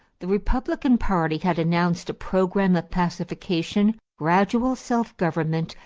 the republican party had announced a program of pacification, gradual self-government,